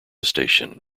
station